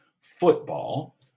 football